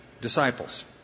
disciples